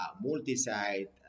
multi-site